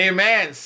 Amen